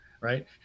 right